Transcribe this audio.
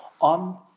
on